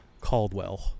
Caldwell